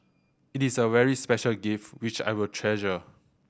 it is a very special gift which I will treasure